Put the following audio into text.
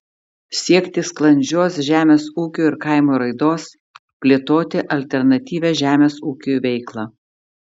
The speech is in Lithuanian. siekti sklandžios žemės ūkio ir kaimo raidos plėtoti alternatyvią žemės ūkiui veiklą